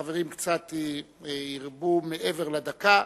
החברים קצת הרבו מעבר לדקה,